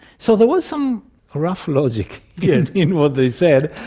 so there was some rough logic in what they said.